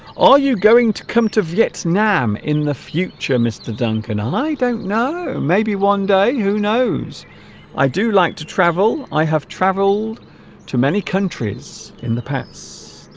are you going to come to vietnam in the future mr. duncan and i don't know maybe one day who knows i do like to travel i have traveled to many countries in the past